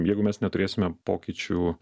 jeigu mes neturėsime pokyčių